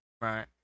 Right